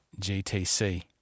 GTC